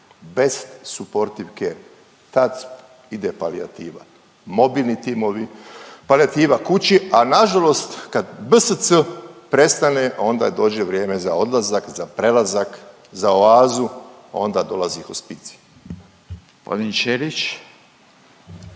best support chair, tad ide palijativa, mobilni timovi, palijativa kući, a nažalost kad BSC prestane onda dođe vrijeme za odlazak, za prelazak, za oazu, onda dolazi hospicij.